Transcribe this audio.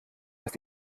dass